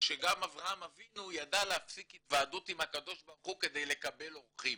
שגם אברהם אבינו ידע להפסיק התוועדות עם הקב"ה כדי לקבל אורחים.